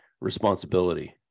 responsibility